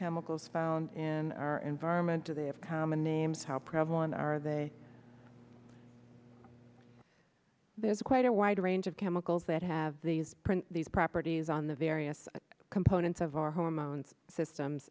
chemicals found in our environment do they have common names how prevalent are they there's quite a wide range of chemicals that have these print these properties on the various components of our home own systems